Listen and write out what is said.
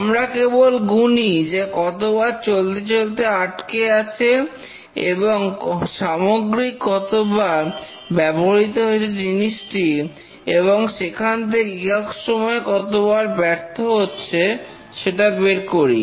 আমরা কেবল গুনি যে কতবার চলতে চলতে আটকে আছে এবং সামগ্রিক কতবার ব্যবহৃত হয়েছে জিনিসটি এবং সেখান থেকে একক সময়ে কতবার ব্যর্থ হচ্ছে সেটা বের করি